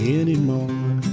anymore